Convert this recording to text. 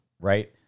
Right